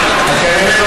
איך אני יכולה לא להצביע?